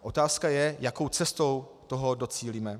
Otázka je, jakou cestou toho docílíme.